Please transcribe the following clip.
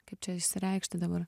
kaip čia išsireikšti dabar